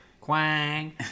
Quang